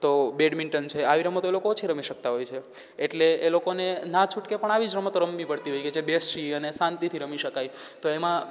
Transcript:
તો બેડમિન્ટન છે આવી રમતો એ લોકો ઓછી રમી શકતા હોય છે એટલે એ લોકોને ના છૂટકે પણ આવી જ રમતો રમવી પડતી હોય કે જે બેસી અને શાંતિથી રમી શકાય તો એમાં